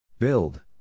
Build